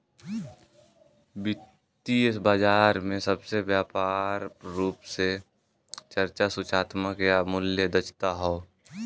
वित्तीय बाजार में सबसे व्यापक रूप से चर्चा सूचनात्मक या मूल्य दक्षता हौ